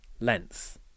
length